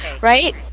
right